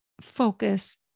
focus